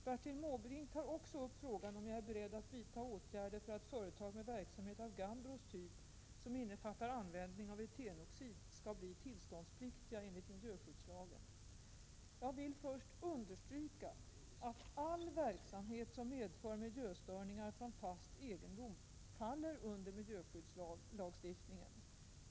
Bertil Måbrink tar också upp frågan om jag är beredd att vidta åtgärder för att företag med verksamhet av Gambros typ — som innefattar användning av etenoxid — skall bli tillståndspliktiga enligt miljöskyddslagen. Jag vill först understryka att all verksamhet som medför miljöstörningar från fast egendom faller under miljöskyddslagstiftningen.